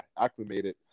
acclimated